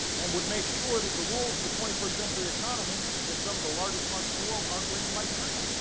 and would make sure that the rules of the twenty first century economy in some of the largest markets in the world aren't written by china.